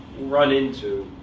run into